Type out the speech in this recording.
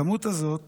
המספר הזאת